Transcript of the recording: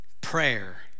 prayer